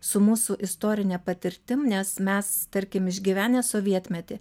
su mūsų istorine patirtim nes mes tarkim išgyvenę sovietmetį